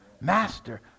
master